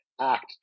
act